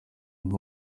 ngo